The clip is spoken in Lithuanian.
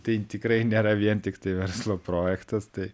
tai tikrai nėra vien tiktai verslo projektas tai